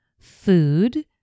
food